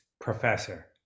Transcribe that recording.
professor